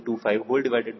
9 LD0